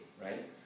right